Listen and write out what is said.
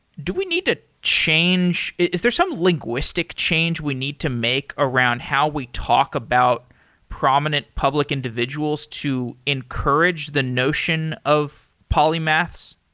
do we need to change? is there some linguistic change we need to make around how we talk about prominent public individuals to encourage the notion of polymaths?